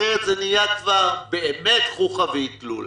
אחרת זה נהיה כבר באמת חוכא ואיטלולא.